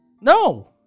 No